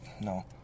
no